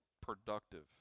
productive